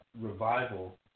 revival